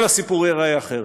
כל הסיפור ייראה אחרת.